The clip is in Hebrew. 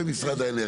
זה משרד האנרגיה.